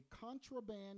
contraband